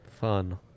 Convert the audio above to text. fun